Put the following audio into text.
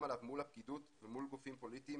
עליו מול הפקידות ומול גופים פוליטיים